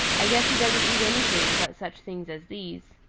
i guess he doesn't eat anything but such things as these.